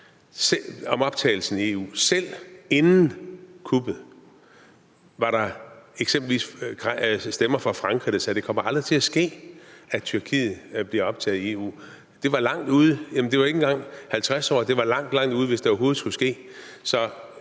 selv inden kuppet var der eksempelvis stemmer fra Frankrig, der sagde: Det kommer aldrig til at ske, at Tyrkiet bliver optaget i EU. Det var langt ude, det var ikke engang om 50 år, det var langt, langt ude, hvis det overhovedet skulle ske.